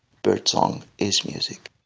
birdsong is music.